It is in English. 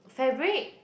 fabric